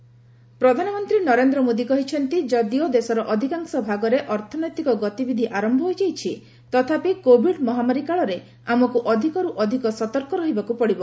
ମନ୍ କି ବାତ୍ ପ୍ରଧାନମନ୍ତ୍ରୀ ନରେନ୍ଦ୍ର ମୋଦୀ କହିଛନ୍ତି ଯଦିଓ ଦେଶର ଅଧିକାଂଶ ଭାଗରେ ଅର୍ଥନୈତିକ ଗତିବିଧି ଆରମ୍ଭ ହୋଇଯାଇଛି ତଥାପି କୋଭିଡ୍ ମହାମାରୀ କାଳରେ ଆମକୁ ଅଧିକରୁ ଅଧିକ ସତର୍କ ରହିବାକୁ ପଡ଼ିବ